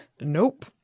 Nope